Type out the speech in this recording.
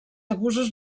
abusos